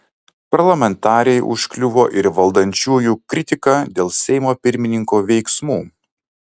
parlamentarei užkliuvo ir valdančiųjų kritika dėl seimo pirmininko veiksmų